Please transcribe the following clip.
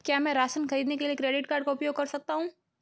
क्या मैं राशन खरीदने के लिए क्रेडिट कार्ड का उपयोग कर सकता हूँ?